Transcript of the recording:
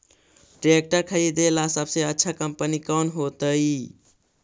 Tractor खरीदेला सबसे अच्छा कंपनी कौन होतई?